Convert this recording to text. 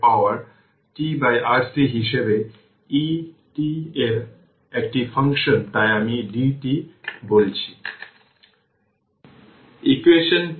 সুতরাং এটি হল ইকুয়েশন 9 vt v0 e এর পাওয়ার tRC এটি হল ইকুয়েশন 10